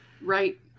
right